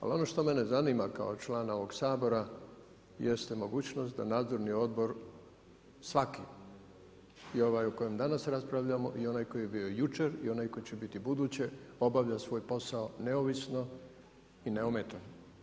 Ali ono što mene zanima kao člana ovog Sabora jeste mogućnost da nadzorni odbor svaki, i ovaj o kojem danas raspravljamo i onaj koji je bio jučer i onaj koji će biti ubuduće, obavlja svoj posao neovisno i neometano.